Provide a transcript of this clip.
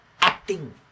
acting